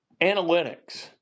analytics